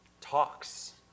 Talks